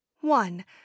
one